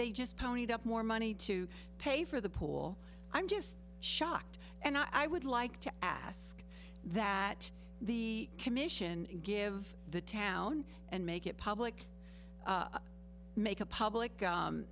they just ponied up more money to pay for the pool i'm just shocked and i would like to ask that the commission give the town and make it public make a public